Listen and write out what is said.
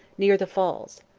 near the falls.